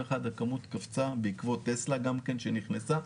ב-2021 הכמות קפצה בעקבות טסלה שנכנסה,